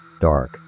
dark